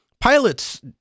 pilots